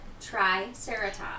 Triceratops